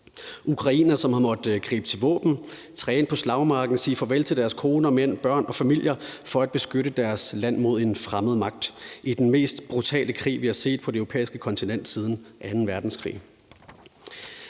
ukrainere, som har måttet gribe til våben, træne på slagmarken, sige farvel til deres koner, mænd, børn og familier for at beskytte deres land mod en fremmed magt i den mest brutale krig, vi har set på det europæiske kontinent siden anden verdenskrig.